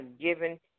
given